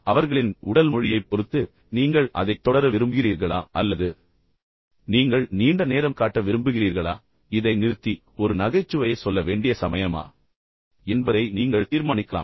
எனவே அவர்களின் உடல் மொழியைப் பொறுத்து நீங்கள் அதைத் தொடர விரும்புகிறீர்களா அல்லது நீங்கள் நீண்ட நேரம் காட்ட விரும்புகிறீர்களா உங்கள் மூலோபாயத்தை மாற்ற வேண்டுமா இதை நிறுத்தி ஒரு நகைச்சுவையை சொல்ல வேண்டிய சமயமா என்பதை நீங்கள் தீர்மானிக்கலாம்